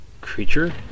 creature